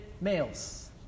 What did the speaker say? males